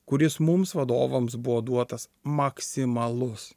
kuris mums vadovams buvo duotas maksimalus